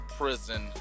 prison